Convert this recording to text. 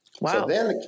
Wow